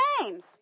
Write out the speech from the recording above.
names